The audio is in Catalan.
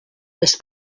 les